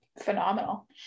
Phenomenal